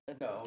No